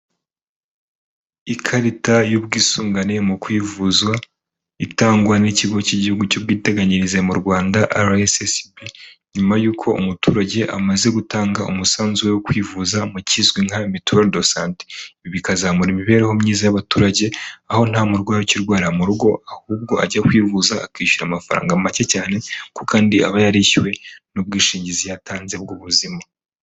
Ikarita y'ubwisungane mu kwivuzwa itangwa n'ikigo cy'igihugu cy'ubwiteganyirize mu Rwanda RSSB nyuma y'uko umuturage amaze gutanga umusanzu wo kwivuza mu kizwi nka mituweri desante, ibi bikazamura imibereho myiza y'abaturage aho nta murwayi ukirwarira mu rugo ahubwo ajya kwivuza akishyura amafaranga make cyane kandi aba yarishyuwe n'ubwishingizi yatanze bw'ubuzima.